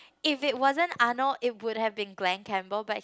if it wasn't Arnold it would have been Glen Campbell but he